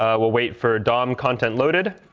ah wait for dom content loaded,